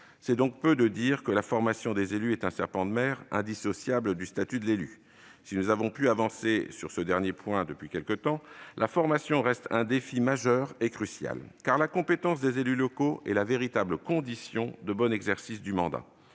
C'est donc peu de dire que la formation des élus est un serpent de mer, indissociable de celui du statut de l'élu. Si nous avons pu avancer sur ce dernier point depuis quelque temps, la formation reste un défi majeur et crucial, car la compétence des élus locaux est la véritable condition d'un bon exercice du mandat.